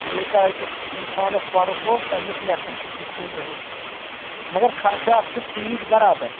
یوٗتاہ أکِس اِنسانَس پَرُس اوس تَمیُک نؠصٕب تہِ چھُس نہٕ یِہُس مگر خرچاَتھ چھس تیٖتۍ برابر